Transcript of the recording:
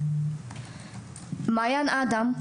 מעיין אדם,